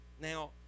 Now